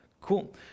cool